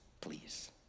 please